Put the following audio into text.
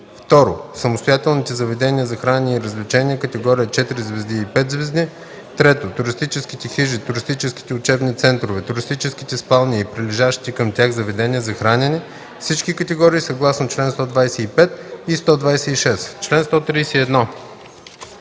6; 2. самостоятелните заведения за хранене и развлечения – категория „четири звезди” и „пет звезди”; 3. туристическите хижи, туристическите учебни центрове, туристическите спални и прилежащите към тях заведения за хранене – всички категории, съгласно чл. 125 и 126.”